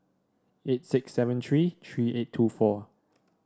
eight six seven three three eight two four